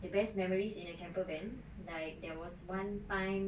the best memories in a camper van like there was one time